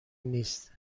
نیست